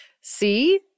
see